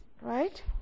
Right